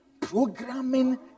programming